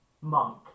monk